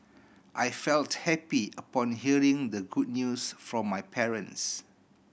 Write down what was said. I felt happy upon hearing the good news from my parents